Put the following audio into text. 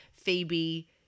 Phoebe